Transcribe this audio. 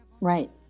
right